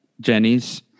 Jenny's